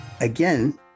again